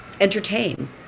entertain